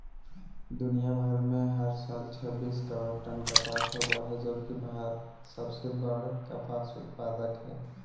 दुनियां भर में हर साल छब्बीस करोड़ टन कपास होव हई जबकि भारत सबसे बड़ कपास उत्पादक हई